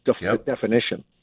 definition